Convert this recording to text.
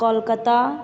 Kolkata